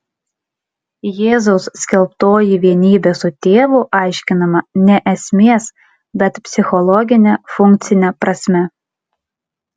jėzaus skelbtoji vienybė su tėvu aiškinama ne esmės bet psichologine funkcine prasme